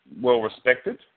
well-respected